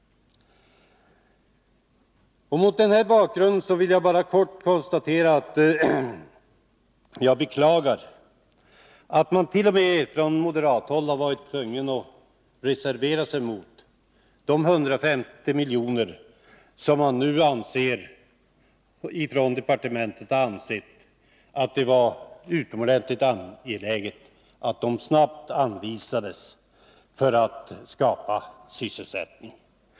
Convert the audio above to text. Mot denna bakgrund vill jag bara kort framhålla att jag beklagar att man t.o.m. från moderat håll har varit tvungen att reservera sig mot de 150 miljoner som nu departementet har ansett det vara utomordentligt angeläget att snabbt anvisa för att skapa sysselsättning.